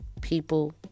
people